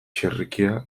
txerrikia